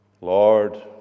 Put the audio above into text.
Lord